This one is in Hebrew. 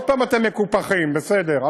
עוד פעם אתם מקופחים, בסדר.